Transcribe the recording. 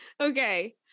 okay